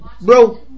Bro